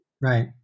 Right